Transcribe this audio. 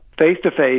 face-to-face